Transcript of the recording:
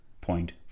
Point